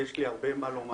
יש לי הרבה מה לומר.